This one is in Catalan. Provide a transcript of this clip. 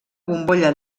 bombolla